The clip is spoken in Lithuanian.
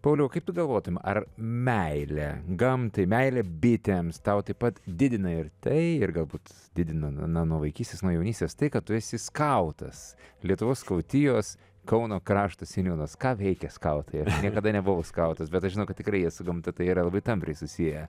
pauliau kaip tu galvotum ar meilė gamtai meilė bitėms tau taip pat didina ir tai ir galbūt didina na na nuo vaikystės nuo jaunystės tai kad tu esi skautas lietuvos skautijos kauno krašto seniūnas ką veikia skautai niekada nebuvau skautas bet aš žinau kad tikrai jie su gamta tai yra labai tampriai susiję